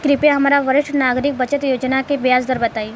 कृपया हमरा वरिष्ठ नागरिक बचत योजना के ब्याज दर बताई